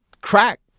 crack